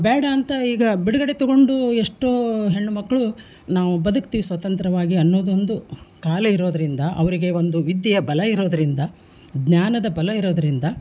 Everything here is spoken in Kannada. ಬೇಡ ಅಂತ ಈಗ ಬಿಡುಗಡೆ ತಗೊಂಡು ಎಷ್ಟೋ ಹೆಣ್ಣುಮಕ್ಳು ನಾವು ಬದುಕ್ತೀವಿ ಸ್ವತಂತ್ರವಾಗಿ ಅನ್ನೋದೊಂದು ಕಾಲ ಇರೋದರಿಂದ ಅವರಿಗೆ ಒಂದು ವಿದ್ಯೆಯ ಬಲ ಇರೋದರಿಂದ ಜ್ಞಾನದ ಬಲ ಇರೋದರಿಂದ